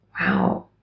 Wow